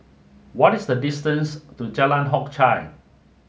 what is the distance to Jalan Hock Chye